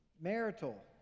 marital